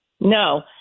No